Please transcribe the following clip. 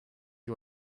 you